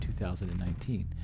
2019